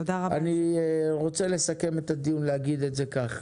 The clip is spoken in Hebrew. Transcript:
אני רוצה לסכם את הדיון, להגיד את זה כך: